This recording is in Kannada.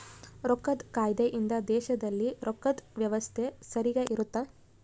ರೊಕ್ಕದ್ ಕಾಯ್ದೆ ಇಂದ ದೇಶದಲ್ಲಿ ರೊಕ್ಕದ್ ವ್ಯವಸ್ತೆ ಸರಿಗ ಇರುತ್ತ